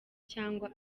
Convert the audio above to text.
cyangwa